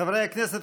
חברי הכנסת,